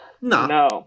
No